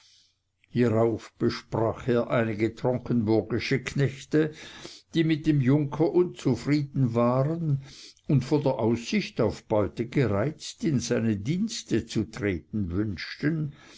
hierauf besprach er einige tronkenburgische knechte die mit dem junker unzufrieden waren und von der aussicht auf beute gereizt in seine dienste zu treten wünschten